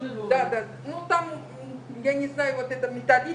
וחשוב לנו להיות בקשר איתכן.